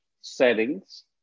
settings